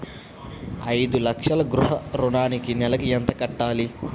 ఐదు లక్షల గృహ ఋణానికి నెలకి ఎంత కట్టాలి?